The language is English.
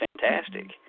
fantastic